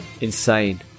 insane